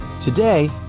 Today